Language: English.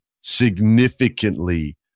significantly